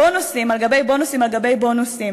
בונוסים על גבי בונוסים על גבי בונוסים.